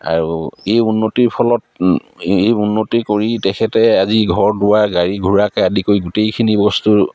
আৰু এই উন্নতিৰ ফলত এই উন্নতি কৰি তেখেতে আজি ঘৰ দুৱাৰ গাড়ী ঘোঁৰাকে আদি কৰি গোটেইখিনি বস্তু